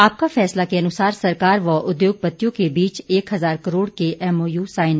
आपका फैसला के अनुसार सरकार व उद्योगपतियों के बीच एक हजार करोड़ के एमओयू साइन